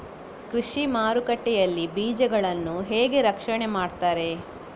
ಕೃಷಿ ಮಾರುಕಟ್ಟೆ ಯಲ್ಲಿ ಬೀಜಗಳನ್ನು ಹೇಗೆ ರಕ್ಷಣೆ ಮಾಡ್ತಾರೆ?